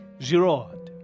Giraud